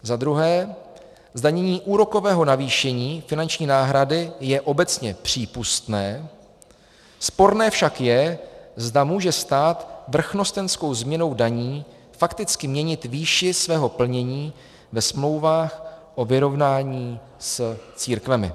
Za druhé, zdanění úrokového navýšení finanční náhrady je obecně přípustné, sporné však je, zda může stát vrchnostenskou změnou daní fakticky měnit výši svého plnění ve smlouvách o vyrovnání s církvemi.